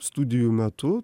studijų metu